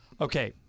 Okay